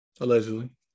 Allegedly